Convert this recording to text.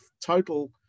total